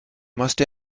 must